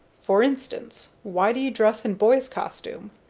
for instance, why do you dress in boy's costume?